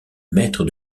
maître